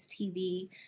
TV